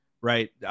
right